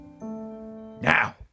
now